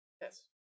Yes